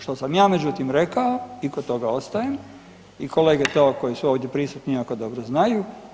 Što sam ja međutim rekao i kod toga ostajem i kolege to koji su ovdje prisutni jako dobro znaju.